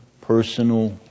personal